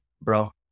Bro